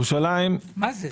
מה זה?